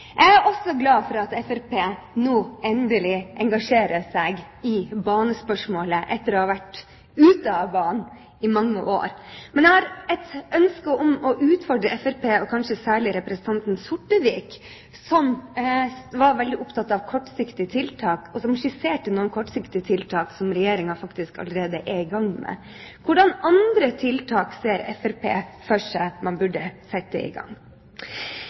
Jeg er også glad for at Fremskrittspartiet nå endelig engasjerer seg i banespørsmålet – etter å ha vært ute av banen i mange år. Men jeg har et ønske om å utfordre Fremskrittspartiet, og kanskje særlig representanten Sortevik, som er veldig opptatt av og skisserte kortsiktige tiltak som Regjeringen faktisk allerede er i gang med. Hvilke andre tiltak ser Fremskrittspartiet for seg at man burde sette i gang?